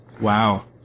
Wow